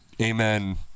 Amen